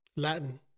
latin